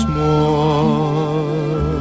more